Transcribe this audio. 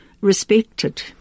respected